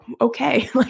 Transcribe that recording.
okay